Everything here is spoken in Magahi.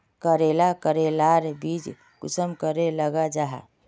करेला करेलार बीज कुंसम करे लगा जाहा?